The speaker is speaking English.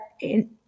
in-